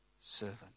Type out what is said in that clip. servant